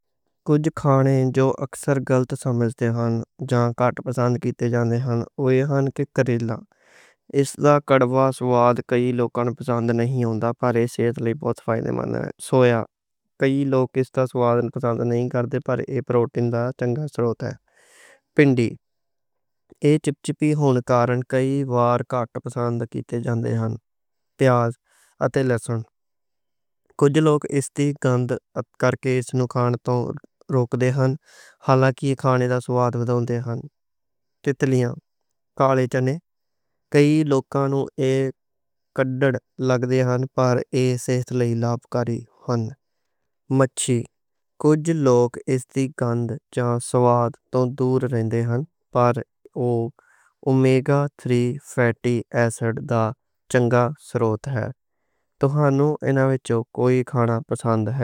او جی، کجھ کھانے جو اکثر غلط سمجھے جان دے نیں۔ اوہ کریلا۔ اس دا کڑوا سواد کئی لوکاں نوں پسند نئیں ہوندا، پر ایہ صحت لئی بہت فائدہ مند اے۔ سو اگر کئی لوک ایہ دا سواد پسند نئیں کر دے، پر ایہ پروٹین دا چنگا سروت اے۔ بھنڈی، ایہ چِپ چپی ہون کارن کئی وار کٹ پسند کیتی جاندی اے۔ پیاز تے لہسن، کجھ لوگ اس نوں کھان توں روک دے نیں۔ حالانکہ کھانے وچ سواد دے نال نال ایہ صحت لئی فائدہ مند نیں۔ مچھلی، کجھ لوگ اس توں دور رہندے نیں، پر اومیگا تھری فیٹی ایسڈز دا چنگا سروت اے۔ توہانوں انہاں وچوں کوئی کھانا پسند اے؟